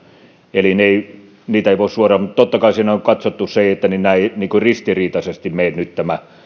eli niitä ei voi suoraan sanoa mutta totta kai siinä on katsottu se että eivät nyt ristiriitaisesti mene nämä